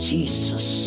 Jesus